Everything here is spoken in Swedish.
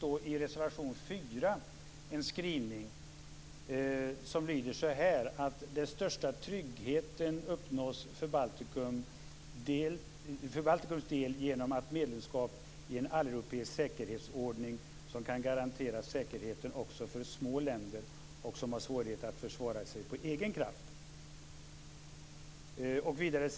I reservation 4 finns det en skrivning som lyder så här: "Den största tryggheten uppnås för Baltikums del genom ett medlemskap i en alleuropeisk säkerhetsordning som kan garantera säkerheten också för små länder, som har svårt att försvara sig av egen kraft.